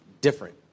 different